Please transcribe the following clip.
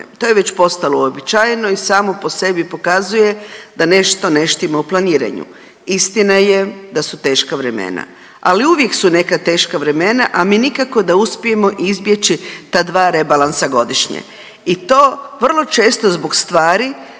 To je već postalo uobičajeno i samo po sebi pokazuje da nešto ne štima u planiranju. Istina je da su teška vremena, ali uvijek su neka teška vremena, a mi nikako da uspijemo izbjeći ta dva rebalansa godišnje i to vrlo često zbog stvari